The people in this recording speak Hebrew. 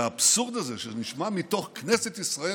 על האבסורד הזה שנשמע מתוך כנסת ישראל,